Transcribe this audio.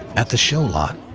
at the show lot,